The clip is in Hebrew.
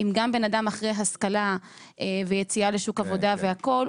גם בן אדם אחרי השכלה ויציאה לשוק עבודה והכול,